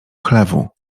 chlewu